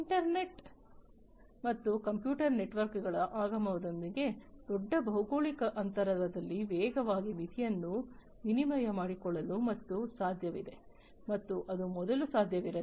internet ಮತ್ತು computer ನೆಟ್ವರ್ಕ್ಗಳ ಆಗಮನದೊಂದಿಗೆ ದೊಡ್ಡ ಭೌಗೋಳಿಕ ಅಂತರದಲ್ಲಿ ವೇಗವಾಗಿ ಮಾಹಿತಿಯನ್ನು ವಿನಿಮಯ ಮಾಡಿಕೊಳ್ಳಲು ಈಗ ಸಾಧ್ಯವಿದೆ ಮತ್ತು ಅದು ಮೊದಲು ಸಾಧ್ಯವಿರಲಿಲ್ಲ